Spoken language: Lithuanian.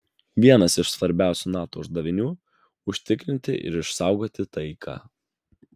vienas iš svarbiausių nato uždavinių užtikrinti ir išsaugoti taiką